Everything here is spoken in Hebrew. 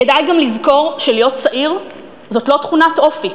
כדאי גם לזכור שלהיות צעיר זאת לא תכונת אופי,